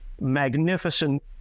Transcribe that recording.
magnificent